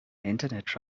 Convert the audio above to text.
internet